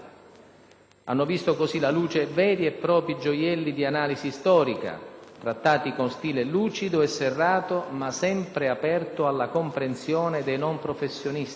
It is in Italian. Hanno visto così la luce veri e propri gioielli di analisi storica, trattati con stile lucido e serrato ma sempre aperto alla comprensione dei non professionisti,